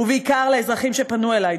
ובעיקר לאזרחים שפנו אלי,